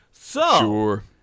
Sure